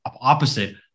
opposite